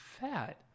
fat